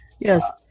Yes